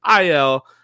IL